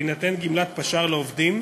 תינתן גמלת פש"ר לעובדים,